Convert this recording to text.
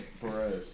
Perez